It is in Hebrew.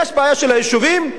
כדי לפתור את הבעיה של היישובים,